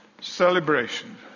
celebration